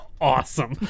awesome